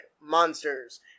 monsters